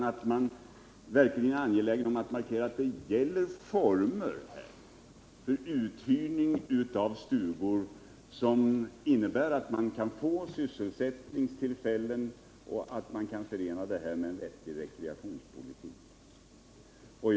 Utskottet var verkligen angeläget om att markera att det här gällde former för uthyrning av stugor som innebar att man skapade sysselsättningstillfällen och att detta samtidigt kunde förenas med en vettig rekreationspolitik.